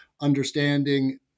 understanding